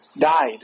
died